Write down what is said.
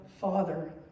Father